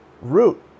root